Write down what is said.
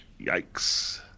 yikes